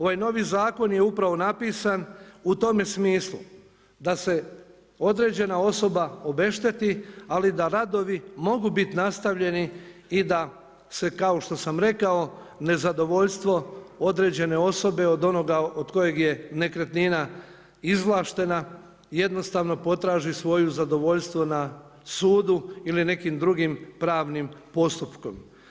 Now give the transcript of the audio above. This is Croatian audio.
Ovaj novi zakon je upravo napisan u tome smislu da se određena osoba obešteti ali da radovi mogu biti nastavljeni, i da se kao što sam rekao, nezadovoljstvo određene osobe od onoga od kojeg je nekretnina izvlaštena, jednostavno potraži svoje zadovoljstvo na sudu ili nekim drugim pravnim postupkom.